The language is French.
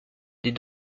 des